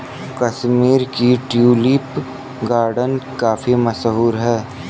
कश्मीर का tulip garden काफी मशहूर है